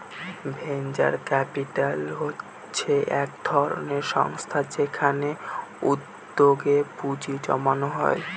venture capital হচ্ছে এক ধরনের সংস্থা যেখানে উদ্যোগে পুঁজি জমানো হয়